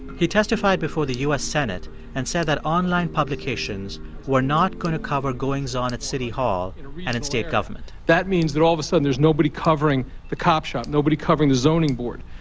he testified before the u s. senate and said that online publications were not going to cover goings-on at city hall and in state government that means that, all of a sudden, there's nobody covering the cop shop, nobody covering the zoning board.